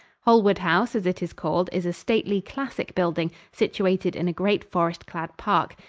holwood house, as it is called, is a stately, classic building, situated in a great forest-clad park.